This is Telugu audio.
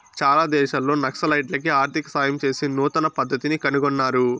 చాలా దేశాల్లో నక్సలైట్లకి ఆర్థిక సాయం చేసే నూతన పద్దతిని కనుగొన్నారు